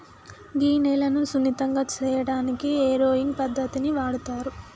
గీ నేలను సున్నితంగా సేయటానికి ఏరోయింగ్ పద్దతిని వాడుతారు